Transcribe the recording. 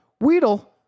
Weedle